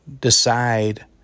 decide